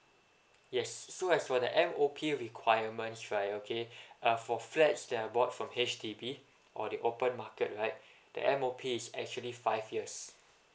yes so as for the M_O_P requirements right okay uh for flats that are bought from H_D_B or the open market right the M_O_P is actually five years